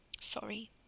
Sorry